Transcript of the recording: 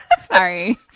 sorry